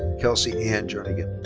kelsey ann jernigan.